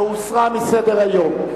והוסרה מסדר-היום.